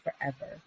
forever